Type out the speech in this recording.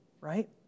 right